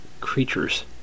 creatures